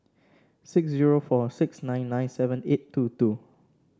six zero four six nine nine seven eight two two